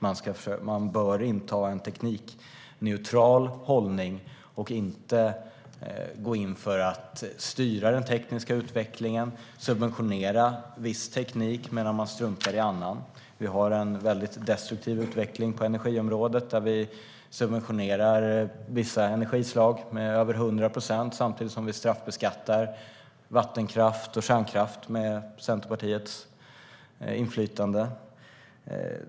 Man bör inta en teknikneutral hållning och inte gå in för att styra den tekniska utvecklingen och inte subventionera viss teknik medan man strutar i annan. Vi har en väldigt destruktiv utveckling på energiområdet. Vi subventionerar vissa energislag med över 100 procent samtidigt som vi straffbeskattar vattenkraft och kärnkraft till följd av Centerpartiets inflytande.